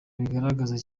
bigaragaza